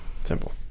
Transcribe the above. Simple